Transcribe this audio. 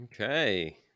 Okay